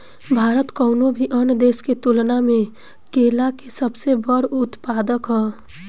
भारत कउनों भी अन्य देश के तुलना में केला के सबसे बड़ उत्पादक ह